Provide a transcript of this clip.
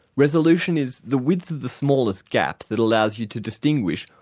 resolution is the width of the smallest gap that allows you to distinguish,